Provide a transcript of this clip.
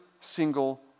single